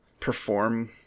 perform